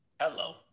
Hello